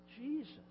Jesus